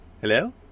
Hello